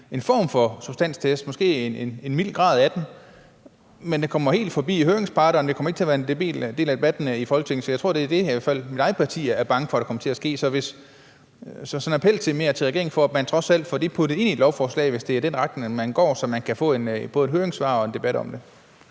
en form for substanstest, måske en mild grad af den, men den kommer helt forbi høringsparterne; den kommer ikke til at være en del af debatten i Folketinget. Så jeg tror, det er det, i hvert fald mit eget parti er bange for kommer til at ske. Så det er en appel til regeringen om, at man trods alt får det puttet ind i et lovforslag, hvis det er i den retning, man går, så man kan få både et høringssvar og en debat om det.